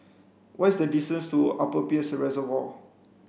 what is the distance to Upper Peirce Reservoir